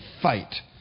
fight